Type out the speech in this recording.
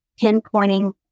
pinpointing